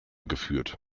geführt